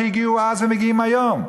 שהגיעו אז ומגיעים היום?